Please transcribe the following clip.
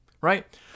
right